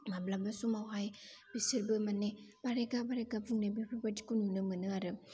माब्लाबा समावहाय बिसोरबो माने बारायगा बारायगा बुंनाय बेफोरबादिखौ नुनो मोनो आरो